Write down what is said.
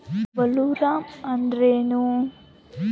Bollworm ಅಂದ್ರೇನು?